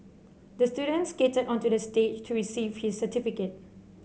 the student skated onto the stage to receive his certificate